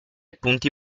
punti